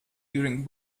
during